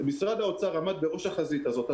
משרד האוצר עמד בראש החזית הזאת.